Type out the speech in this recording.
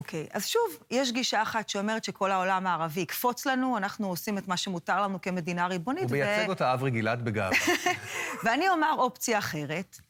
אוקיי, אז שוב, יש גישה אחת שאומרת שכל העולם הערבי יקפוץ לנו, אנחנו עושים את מה שמותר לנו כמדינה ריבונית, ו... הוא מייצג אותה אברי גלעד בגאווה. ואני אומר אופציה אחרת.